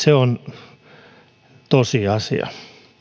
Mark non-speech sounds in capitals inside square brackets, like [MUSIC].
[UNINTELLIGIBLE] se on tosiasia